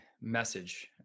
message